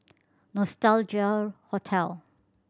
Nostalgia Hotel